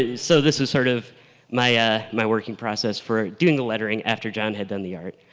ah so this was sort of my ah my working process for doing the lettering after john had done the art.